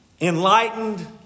enlightened